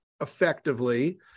effectively